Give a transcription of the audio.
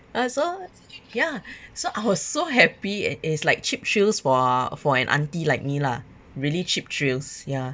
uh so ya so I was so happy and it's like cheap thrills for for an auntie like me lah really cheap thrills ya